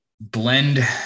Blend